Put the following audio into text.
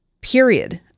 Period